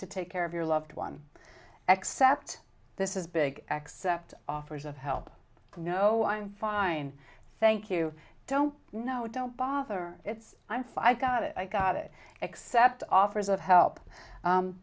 to take care of your loved one accept this is big accept offers of help no i'm fine thank you don't know don't bother it's m five got it i got it except offers of help